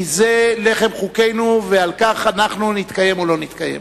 כי זה לחם חוקנו ועל כך אנחנו נתקיים או לא נתקיים.